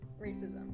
racism